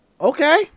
okay